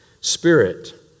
spirit